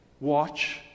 Watch